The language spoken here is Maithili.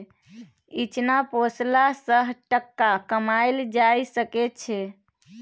इचना पोसला सँ टका कमाएल जा सकै छै